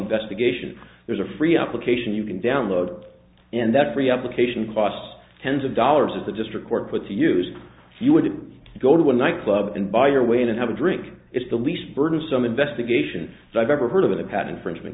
investigation there's a free application you can download and that free application costs tens of dollars of the district court put to use you wouldn't go to a nightclub and buy your way in and have a drink it's the least burdensome investigation i've ever heard of the pat infringement